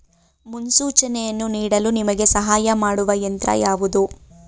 ಮುನ್ಸೂಚನೆಯನ್ನು ನೀಡಲು ನಿಮಗೆ ಸಹಾಯ ಮಾಡುವ ಯಂತ್ರ ಯಾವುದು?